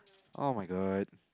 oh-my-god